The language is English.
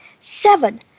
Seven